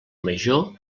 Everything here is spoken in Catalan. major